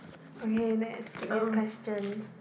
okay next skip this question